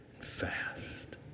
fast